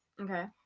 Okay